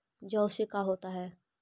जौ से का होता है?